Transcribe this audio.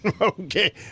Okay